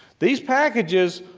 these packages,